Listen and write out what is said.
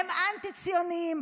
הם אנטי-ציונים,